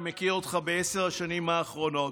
אני מכיר אותך בעשר השנים האחרונות,